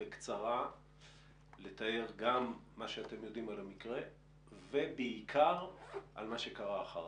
בקצרה לתאר גם מה שאתם יודעים על המקרה ובעיקר מה שקרה אחריו,